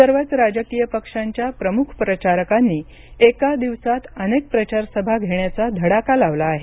सर्वच राजकीय पक्षांच्या प्रमुख प्रचारकांनी एका दिवसात अनेक प्रचारसभा घेण्याचा धडाका लावला आहे